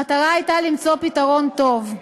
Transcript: המטרה הייתה למצוא פתרון טוב.